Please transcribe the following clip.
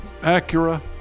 Acura